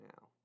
now